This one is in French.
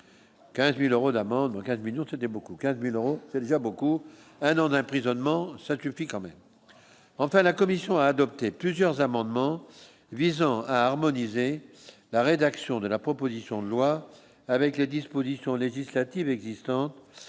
15000 euros d'amende en cas de millions c'est beaucoup 15000 euros c'est déjà beaucoup, un an d'un prix zone ment ça puis quand même, enfin, la commission a adopté plusieurs amendements visant à harmoniser la rédaction de la proposition de loi avec les dispositions législatives existants